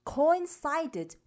coincided